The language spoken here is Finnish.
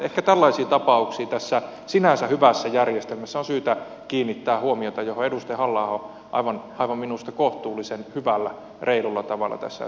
ehkä tällaisiin tapauksiin tässä sinänsä hyvässä järjestelmässä on syytä kiinnittää huomiota mihin edustaja halla aho minusta aivan kohtuullisen hyvällä reilulla tavalla tässä äsken viittasi